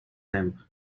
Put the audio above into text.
them